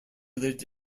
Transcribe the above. lived